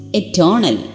eternal